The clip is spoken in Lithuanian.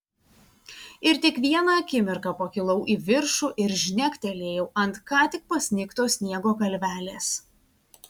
ir tik vieną akimirką pakilau į viršų ir žnektelėjau ant ką tik pasnigto sniego kalvelės